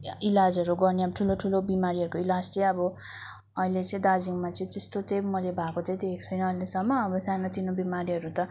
इलाजहरू गर्ने अब ठुलो ठुलो बिमारीहरूको इलाज चाहिँ अब अहिले चाहिँ दार्जिलिङमा चाहिँ त्यस्तो चाहिँ मैले भएको चाहिँ देखेको छुइनँ अहिलेसम्म अब सानो तिनो बिमारीहरू त